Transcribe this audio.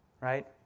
Right